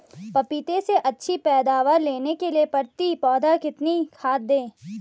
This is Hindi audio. पपीते से अच्छी पैदावार लेने के लिए प्रति पौधा कितनी खाद दें?